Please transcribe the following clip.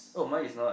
oh mine is not